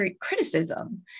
criticism